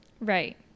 right